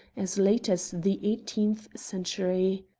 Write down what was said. as late as the eighteenth century.